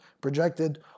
projected